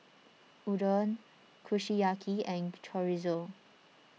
Udon Kushiyaki and Chorizo